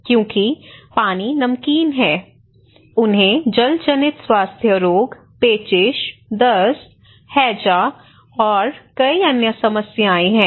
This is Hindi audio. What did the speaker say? क्योंकि पानी नमकीन है उन्हें जलजनित स्वास्थ्य रोग पेचिश दस्त हैजा और कई अन्य समस्याएं हैं